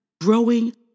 growing